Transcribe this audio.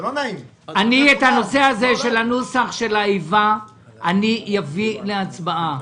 את נוסח עניין האיבה אביא להצבעה.